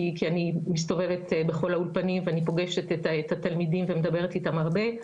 כי אני מסתובבת בכל האולפנים ואני פוגשת את התלמידים ומדברת איתם הרבה,